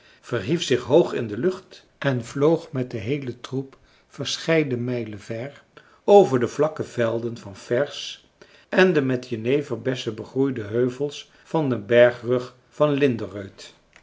verhief zich hoog in de lucht en vloog met den heelen troep verscheiden mijlen ver over de vlakke velden van färs en de met jeneverbessen begroeide heuvels van den bergrug van linderöd